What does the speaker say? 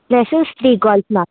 plus free calls ma'am